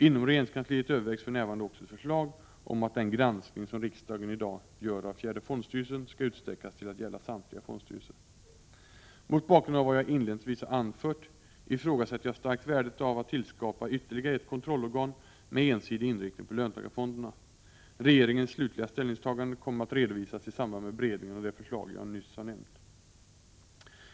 Inom regeringskansliet övervägs för närvarande också ett förslag om att den granskning som riksdagen i dag gör av fjärde fondstyrelsen skall utsträckas till att gälla samtliga fondstyrelser. Mot bakgrund av vad jag inledningsvis har anfört ifrågasätter jag starkt värdet av att tillskapa ytterligare ett kontrollorgan med ensidig inriktning på löntagarfonderna. Regeringens slutliga ställningstagande kommer att redovisas i samband med beredningen av det förslag som jag nyss har nämnt.